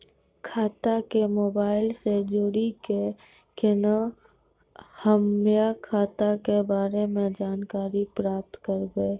खाता के मोबाइल से जोड़ी के केना हम्मय खाता के बारे मे जानकारी प्राप्त करबे?